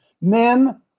Men